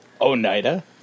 Oneida